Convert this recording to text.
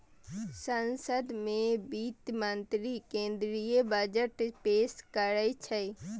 संसद मे वित्त मंत्री केंद्रीय बजट पेश करै छै